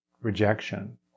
rejection